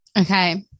okay